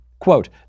Quote